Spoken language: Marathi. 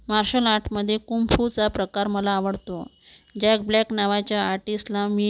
मार्शल आर्टमध्ये कुंगफुचा प्रकार मला आवडतो जॅक ब्लॅक नावाच्या आर्टिस्टला मी